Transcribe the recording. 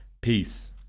peace